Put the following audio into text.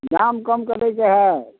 दाम कम करैके हए